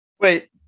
Wait